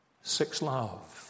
Six-love